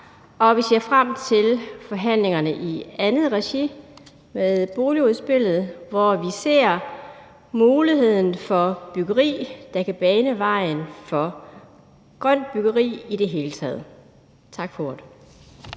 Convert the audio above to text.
og vi ser frem til forhandlingerne i andet regi om boligudspillet, hvor vi ser muligheden for byggeri, der kan bane vejen for grønt byggeri i det hele taget. Tak for